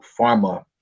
pharma